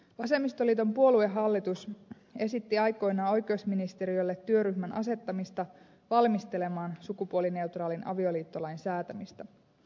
vasemmistoliiton puoluehallitus esitti aikoinaan oikeusministeriölle työryhmän asettamista valmistelemaan sukupuolineutraalin avioliittolain säätämistä